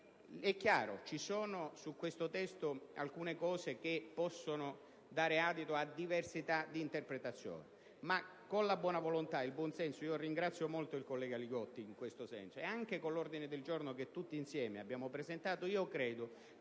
È chiaro, ci sono nel testo alcuni aspetti che possono dare adito a diversità di interpretazione, ma con la buona volontà e il buon senso - ringrazio molto il collega Li Gotti in questo senso - e anche con l'ordine del giorno che tutti insieme abbiamo presentato credo